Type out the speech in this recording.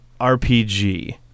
RPG